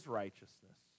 righteousness